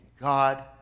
God